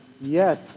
yes